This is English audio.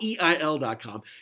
EIL.com